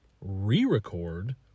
re-record